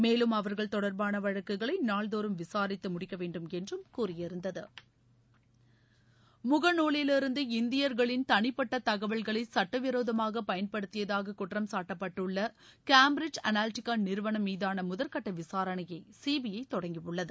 மேலும் அவர்கள் தொடர்பானவழக்குகளைநாள்தோறும் விசாரித்தமுடிக்கவேண்டும் என்றும் கூறியிருந்தது முகநூலிலிருந்து இந்தியர்களின் தனிப்பட்டதகவல்களைசட்டவிரோதமாகபயன்படுத்தியதாககுற்றம்சாட்டப்பட்டுள்ளகேம்பிரிட்ஜ் அனாலிட்டிகாநிறுவனம் மீதானமுதற்கட்டவிசாரணையைசிபிஐதொடங்கியுள்ளது